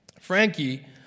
Frankie